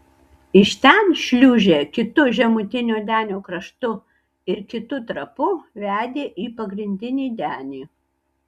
iš ten šliūžė kitu žemutinio denio kraštu ir kitu trapu vedė į pagrindinį denį